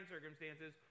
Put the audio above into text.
circumstances